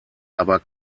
aber